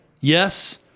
yes